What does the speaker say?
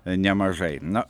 nemažai na